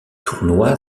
tournoi